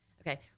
Okay